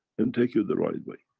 and take you the right way.